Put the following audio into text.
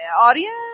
Audience